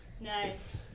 Nice